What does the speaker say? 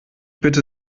bitte